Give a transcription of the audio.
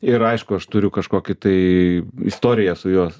ir aišku aš turiu kažkokį tai istoriją su juo